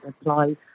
apply